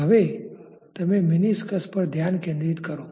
હવે તમે મેનિસ્કસ પર ધ્યાન કેન્દ્રિત કરો